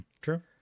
true